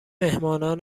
میهمانان